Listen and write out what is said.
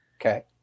Okay